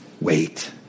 wait